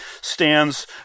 stands